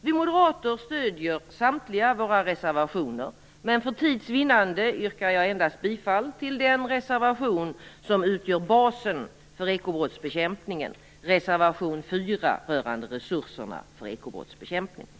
Vi moderater stöder samtliga våra reservationer, men för tids vinnande yrkar jag bifall endast till den reservation som utgör basen för ekobrottsbekämpningen, reservation 4 rörande resurserna för ekobrottsbekämpning. Tack!